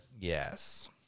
Yes